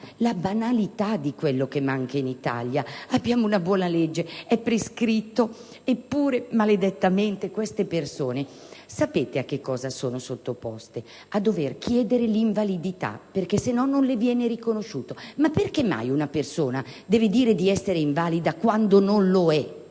la banalità di quello che manca in Italia. Abbiamo una buona legge, che prevede dei benefici, eppure, maledettamente, queste persone sapete a cosa sono sottoposte? A dover chiedere l'invalidità, perché altrimenti questi non vengono loro riconosciuti. Ma perché mai una persona deve dire di essere invalida, quando non lo è?